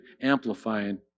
amplifying